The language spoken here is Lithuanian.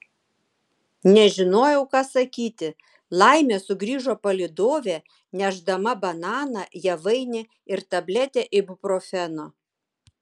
nežinojau ką sakyti laimė sugrįžo palydovė nešdama bananą javainį ir tabletę ibuprofeno